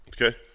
Okay